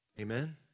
Amen